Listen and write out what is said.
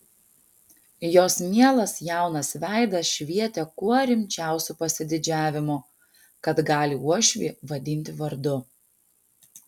jos mielas jaunas veidas švietė kuo rimčiausiu pasididžiavimu kad gali uošvį vadinti vardu